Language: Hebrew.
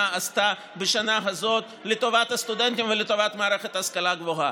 עשו בשנה הזאת לטובת הסטודנטים ולטובת מערכת ההשכלה הגבוהה,